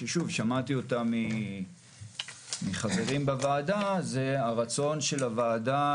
שמעתי אותה מחברים בוועדה, היא הרצון של הוועדה